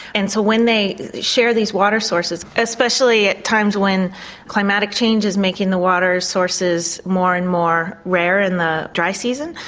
and so when they share these water sources, especially at times when climatic changes make the water sources more and more rare in the dry season,